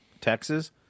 Texas